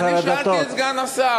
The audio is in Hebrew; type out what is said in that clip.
אני שאלתי את סגן השר.